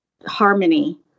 harmony